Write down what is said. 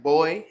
Boy